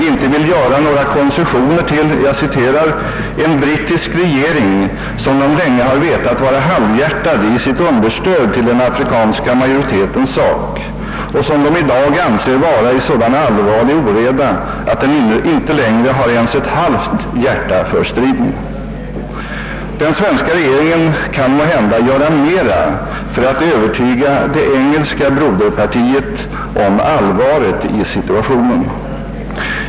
inte vill göra några koncessioner till »en brittisk regering som de länge har vetat vara halvhjärtad i sitt understöd till den afrikanska majoritetens sak och som de i dag anser vara i sådan allvarlig oreda att den inte längre har ens ett halvt hjärta för striden». Den svenska regeringen kan måhända göra mera för att övertyga det engelska broderpartiet om allvaret i situationen.